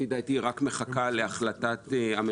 לפי דעתי היא רק מחכה לאישור הממשלה,